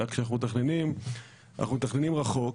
כשאנחנו מתכננים אנחנו מתכננים רחוק,